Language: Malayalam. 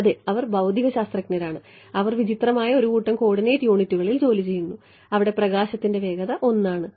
അതെ അവർ ഭൌതികശാസ്ത്രജ്ഞരാണ് അവർ വിചിത്രമായ ഒരു കൂട്ടം കോർഡിനേറ്റ് യൂണിറ്റുകളിൽ ജോലി ചെയ്യുന്നു അവിടെ പ്രകാശത്തിന്റെ വേഗത 1 ആണ്